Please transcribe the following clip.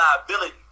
liability